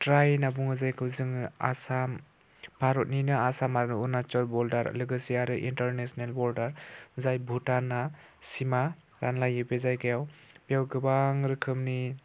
try होनना बुङो जायखौ जोङो आसाम भारतनिनो आसाम आरो अरुनाचल बर्डार लोगोसे आरो इन्टारनेसनेल बर्डार जाय भुटानआ सिमा रानलायो बे जायगायाव बेयाव गोबां रोखोमनि